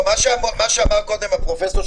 אנחנו לא מסכימים איתך ש-600 חולים זה קטסטרופה.